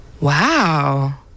Wow